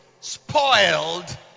spoiled